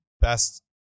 best